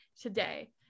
today